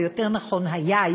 או יותר נכון היה,